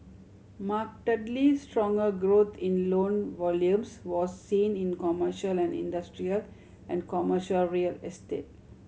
markedly stronger growth in loan volumes was seen in commercial and industrial and commercial real estate